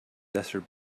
desert